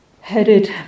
headed